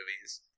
movies